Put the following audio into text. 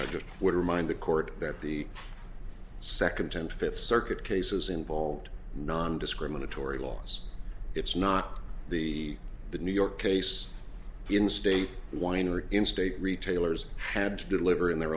i just would remind the court that the second ten fifth circuit cases involved non discriminatory laws it's not the the new york case instate whiner instate retailers had to deliver in their